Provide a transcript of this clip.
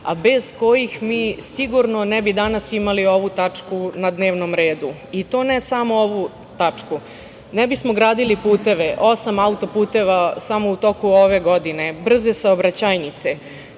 a bez kojih mi sigurno danas ne bi imali ovu tačku na dnevnom redu, i to ne samo ovu tačku. Ne bismo gradili puteve, osam autoputeva samo u toku ove godine, brze saobraćajnice. Nije